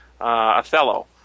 Othello